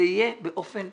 אני